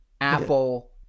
Apple